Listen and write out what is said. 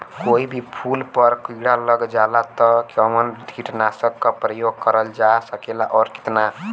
कोई भी फूल पर कीड़ा लग जाला त कवन कीटनाशक क प्रयोग करल जा सकेला और कितना?